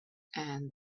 and